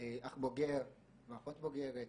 אח בוגר ואחות בוגרת.